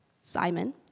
Simon